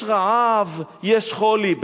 יש רעב, יש חולי.